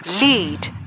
Lead